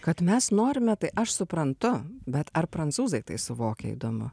kad mes norime tai aš suprantu bet ar prancūzai tai suvokia įdomu